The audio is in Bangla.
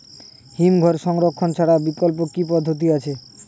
হিমঘরে সংরক্ষণ ছাড়া বিকল্প কি পদ্ধতি আছে?